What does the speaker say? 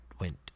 went